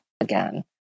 again